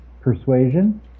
persuasion